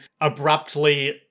abruptly